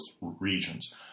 regions